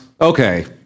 Okay